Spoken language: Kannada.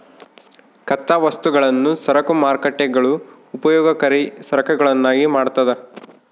ಕಚ್ಚಾ ವಸ್ತುಗಳನ್ನು ಸರಕು ಮಾರ್ಕೇಟ್ಗುಳು ಉಪಯೋಗಕರಿ ಸರಕುಗಳನ್ನಾಗಿ ಮಾಡ್ತದ